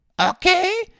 Okay